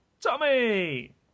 Tommy